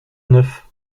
neuf